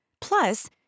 Plus